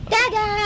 Da-da